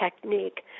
technique